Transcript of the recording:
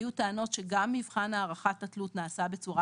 היו טענות שגם מבחן הערכת התלות נעשה בצורה